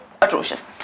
atrocious